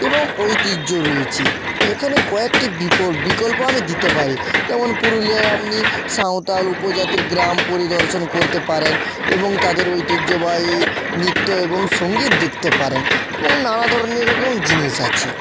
এবং ঐতিহ্য রয়েছে এখানে কয়েকটি বিকল্প আমি দিতে পারি যেমন পুরুলিয়ায় আপনি সাঁওতাল উপজাতির গ্রাম পরিদর্শন করতে পারেন এবং তাদের ঐতিহ্যবাহী নৃত্য এবং সঙ্গীত দেখতে পারেন এবং নানা ধরনের এরকম জিনিস আছে